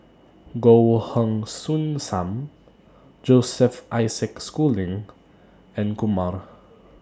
Goh Heng Soon SAM Joseph Isaac Schooling and Kumar